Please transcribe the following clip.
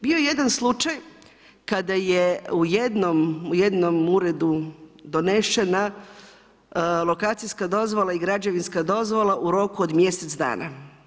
Bio je jedan slučaj kada je u jednom uredu donešena lokacijska dozvola i građevinska dozvola u roku od mjesec dana.